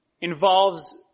involves